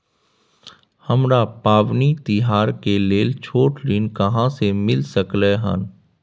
हमरा पबनी तिहार के लेल छोट ऋण कहाँ से मिल सकलय हन?